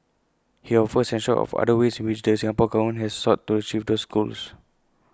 he offered A snapshot of other ways in which the Singapore Government has sought to achieve those goals